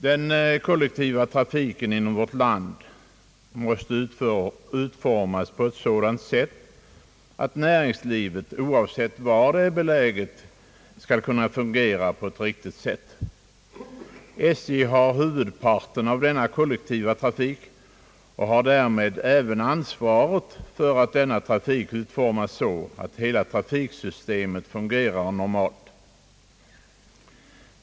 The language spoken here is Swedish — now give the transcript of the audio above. Den kollektiva trafiken inom vårt land måste utformas på ett sådant sätt, att näringslivet oavsett var det är beläget skall kunna fungera på ett riktigt sätt. SJ har huvudparten av denna kollektiva trafik och därmed ansvaret för att denna trafik utformas så, att hela trafiksystemet fungerar normalt.